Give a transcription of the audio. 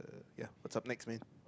ya what's up mix man